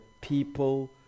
people